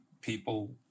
people